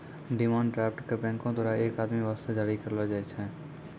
demand draft क बैंको द्वारा एक आदमी वास्ते जारी करलो जाय छै